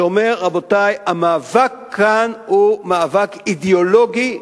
שאומר: רבותי, המאבק כאן הוא מאבק אידיאולוגי,